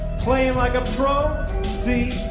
playing like a pro c